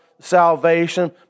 salvation